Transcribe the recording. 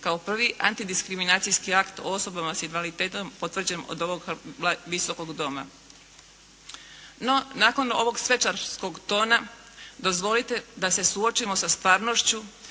kao prvi antidiskriminacijski akt o osobama s invaliditetom, potvrđen od ovog Visokog doma. No, nakon ovog svečarskog tona, dozvolite da se suočimo sa stvarnošću,